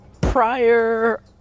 prior